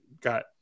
got